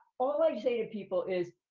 all i say to people is,